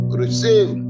receive